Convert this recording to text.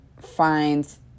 finds